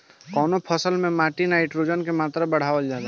कवना फसल से माटी में नाइट्रोजन के मात्रा बढ़ावल जाला?